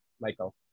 Michael